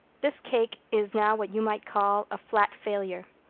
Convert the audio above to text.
this cake is now what you might call a flat failure.